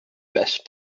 best